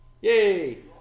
Yay